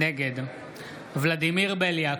נגד ולדימיר בליאק,